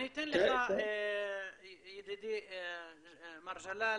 אני אתן לך, ידידי מר ג'לאל.